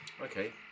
Okay